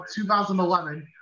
2011